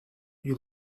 you